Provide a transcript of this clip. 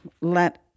let